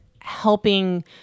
helping